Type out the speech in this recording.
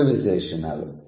రెండూ విశేషణాలు